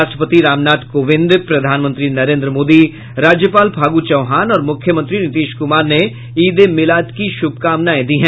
राष्ट्रपति रामनाथ कोविंद प्रधानमंत्री नरेंद्र मोदी राज्यपाल फागू चौहान और मुख्यमंत्री नीतीश कुमार ने ईद ए मिलाद की शुभकामनाएं दी हैं